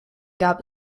gab